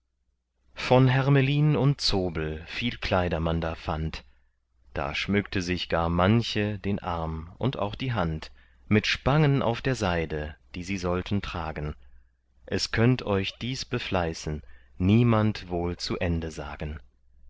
von hermelin und zobel viel kleider man da fand da schmückte sich gar manche den arm und auch die hand mit spangen auf der seide die sie sollten tragen es könnt euch dies befleißen niemand wohl zu ende sagen